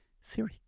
Siri